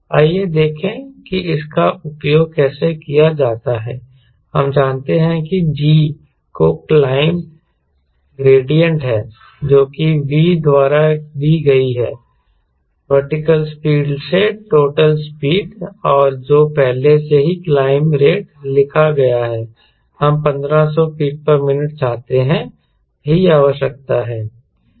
आइए देखें कि इसका उपयोग कैसे किया जाता है हम जानते हैं कि G जो क्लाइंब ग्रेडियंट है जो कि V द्वारा दी गई है वर्टिकल स्पीड से टोटल स्पीड और जो पहले से ही क्लाइंब रेट लिखा गया है हम 1500 ftmin चाहते हैं यही आवश्यकता है